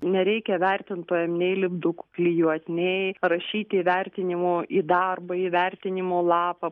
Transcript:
nereikia vertintojam nei lipdukų klijuot nei parašyti įvertinimo į darbą įvertinimo lapą